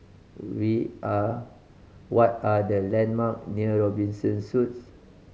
where are what are the landmark near Robinson Suites